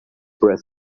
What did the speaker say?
breath